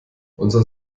unser